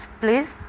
please